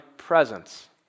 presence